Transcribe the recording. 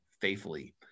faithfully